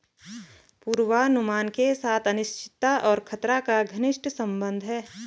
पूर्वानुमान के साथ अनिश्चितता और खतरा का घनिष्ट संबंध है